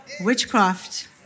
Witchcraft